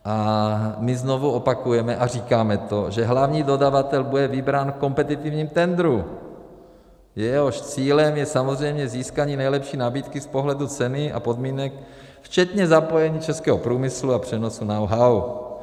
A my znovu opakujeme a říkáme to, že hlavní dodavatel bude vybrán v kompetitivním tendru, jehož cílem je samozřejmě získání nejlepší nabídky z pohledu ceny a podmínek včetně zapojení českého průmyslu a přenosu knowhow.